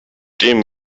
dem